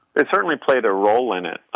it certainly played a role in it.